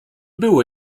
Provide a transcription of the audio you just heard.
było